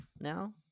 now